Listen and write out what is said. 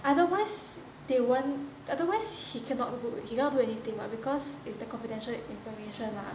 otherwise they won't otherwise he cannot do cannot do anything [what] because it's the confidential information lah